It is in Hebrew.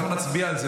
אנחנו מצביעים,